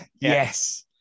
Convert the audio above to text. yes